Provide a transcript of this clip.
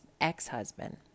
ex-husband